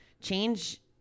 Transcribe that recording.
Change